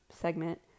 segment